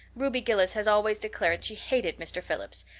ruby gillis has always declared she hated mr. phillips,